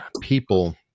people